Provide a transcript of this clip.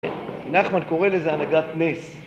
נחמן קורא לזה הנהגת נס.